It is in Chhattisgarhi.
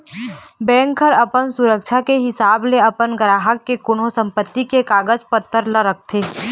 बेंक ह अपन सुरक्छा के हिसाब ले अपन गराहक के कोनो संपत्ति के कागज पतर ल रखथे